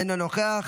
אינו נוכח.